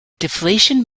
deflation